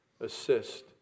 assist